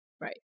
right